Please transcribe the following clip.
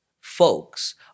folks